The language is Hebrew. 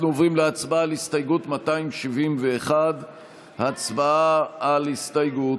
אנחנו עוברים להצבעה על הסתייגות 271. הצבעה על הסתייגות.